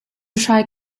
hrai